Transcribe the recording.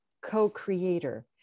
co-creator